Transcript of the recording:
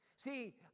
See